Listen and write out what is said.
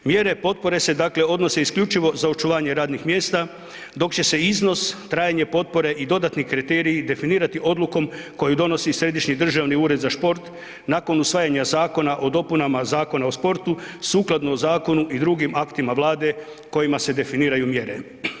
Mjere potpore se dakle odnose isključivo za očuvanje radnih mjesta, dok će se iznos, trajanje potpore i dodatni kriteriji definirati odlukom koju donosi Središnji državni ured za šport, nakon usvajanja Zakona o dopunama Zakona o sportu sukladno zakonu i drugim aktima Vlade kojima se definiraju mjere.